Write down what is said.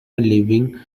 living